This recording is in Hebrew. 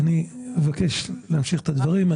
אני אבקש להמשיך את הדברים.